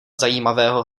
zajímavého